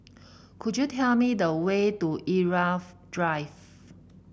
could you tell me the way to Irau Drive